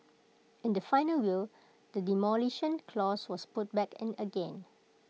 in the final will the Demolition Clause was put back in again